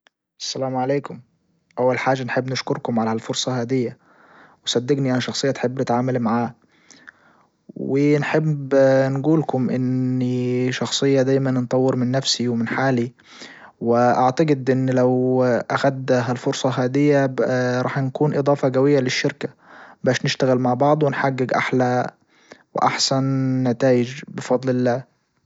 السلام عليكم أول حاجة نحب نشكركم على هالفرصة هادية وصدجني انا شخصية تحب اتعامل معاه ونحب نقول لكم اني شخصية دايما نطور من نفسي ومن حالي واعتجد ان لو اخد هالفرصة هادية راح نكون اضافة جوية للشركة باش نشتغل مع بعض ونحجج احلى واحسن نتايج بفضل الله.